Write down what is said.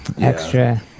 Extra